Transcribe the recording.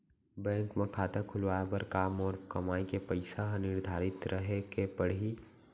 Bank म खाता खुलवाये बर का मोर कमाई के पइसा ह निर्धारित रहे के पड़ही?